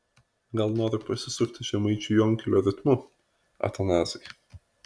gal nori pasisukti žemaičių jonkelio ritmu atanazai